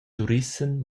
turissem